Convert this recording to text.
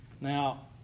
Now